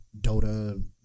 Dota